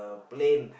plane